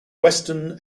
western